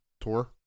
tour